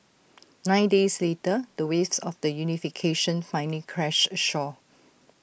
nine days later the waves of the unification finally crashed ashore